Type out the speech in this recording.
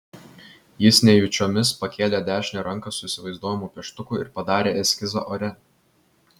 jis nejučiomis pakėlė dešinę ranką su įsivaizduojamu pieštuku ir padarė eskizą ore